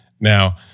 Now